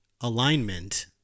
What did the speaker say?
alignment